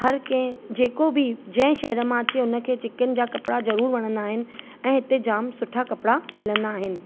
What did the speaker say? हर कंहिं जेको बि जंहिं शहर मां अचे उन खे चिकन जा कपिड़ा ज़रूरु वणंदा आहिनि ऐं हिते जामु सुठा कपिड़ा मिलंदा आहिनि